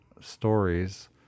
stories